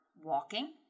walking